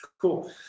Cool